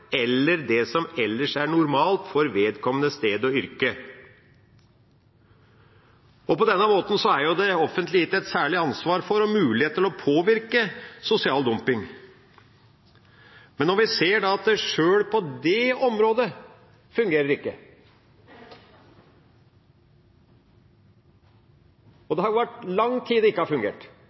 eller det som ellers er normalt for vedkommende sted og yrke. På denne måten er det offentlige gitt et særlig ansvar for og mulighet til å påvirke sosial dumping. Men vi ser at sjøl på det området fungerer det ikke. Det har vært lang tid det ikke har fungert,